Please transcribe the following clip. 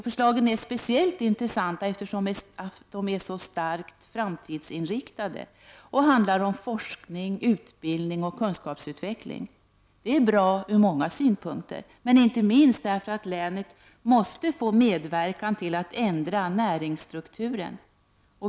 Förslagen är speciellt intressanta, eftersom de är starkt framtidsinriktade och handlar om forskning, utbildning och kunskapsutveckling. Det är bra ur många synpunkter, men inte minst därför att länet måste få medverka till att ändra näringsstrukturen.